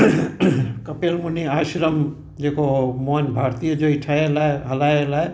कपिल मुनी आश्रम जेको मोहन भारतीअ जो ई ठहियलु आहे हलाइलु आहे